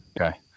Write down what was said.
Okay